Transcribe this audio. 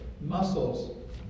Muscles